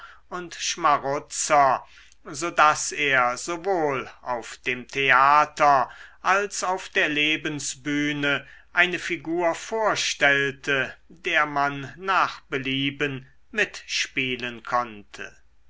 und schmarutzer so daß er sowohl auf dem theater als auf der lebensbühne eine figur vorstellte der man nach belieben mitspielen konnte